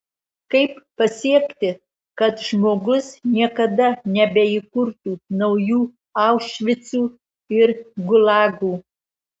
kaip pasiekti kad žmogus niekada nebeįkurtų naujų aušvicų ir gulagų